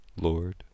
Lord